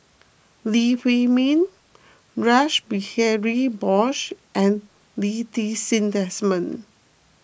Lee Huei Min Rash Behari Bose and Lee Ti Seng Desmond